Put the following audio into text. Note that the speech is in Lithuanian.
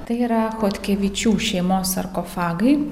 tai yra chodkevičių šeimos sarkofagai